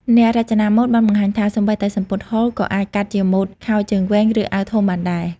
អ្នករចនាម៉ូដបានបង្ហាញថា សូម្បីតែសំពត់ហូលក៏អាចកាត់ជាម៉ូដខោជើងវែង ឬអាវធំបានដែរ។